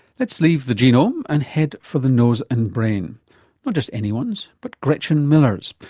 let's leave the genome and head for the nose and brain, not just anyone's but gretchen miller's.